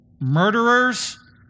murderers